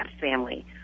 family